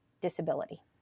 disability